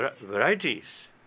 varieties